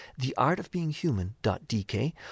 theartofbeinghuman.dk